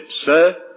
Sir